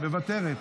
מוותרת,